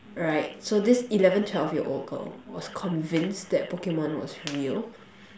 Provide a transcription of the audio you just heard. alright so this eleven twelve year old girl was convinced that Pokemon was real